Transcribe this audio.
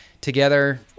together